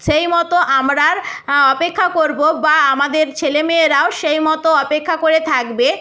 সেই মতো আমরা অপেক্ষা করব বা আমাদের ছেলেমেয়েরাও সেই মতো অপেক্ষা করে থাকবে